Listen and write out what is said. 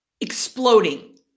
exploding